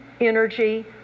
energy